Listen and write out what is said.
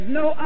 no